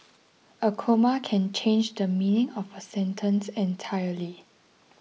a comma can change the meaning of a sentence entirely